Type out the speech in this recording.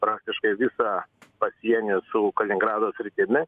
praktiškai visą pasienį su kaliningrado sritimi